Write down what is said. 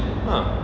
ah